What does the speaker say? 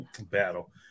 Battle